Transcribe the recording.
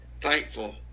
thankful